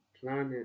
planet